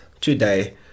today